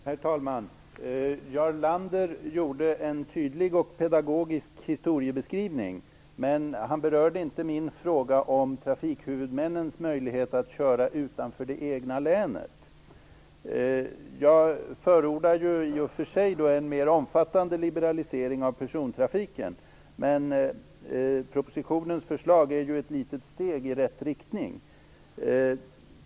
Herr talman! Jarl Lander gjorde en tydlig och pedagogisk historiebeskrivning, men han berörde inte min fråga om trafikhuvudmännens möjlighet att köra utanför det egna länet. Jag förordar i och för sig en mer omfattande liberalisering av persontrafiken, men propositionens förslag är ett litet steg i rätt riktning.